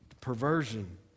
perversion